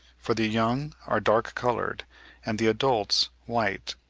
for the young are dark-coloured and the adults white,